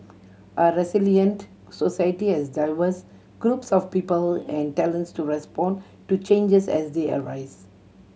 a resilient society has diverse groups of people and talents to respond to changes as they arise